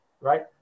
right